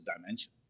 dimension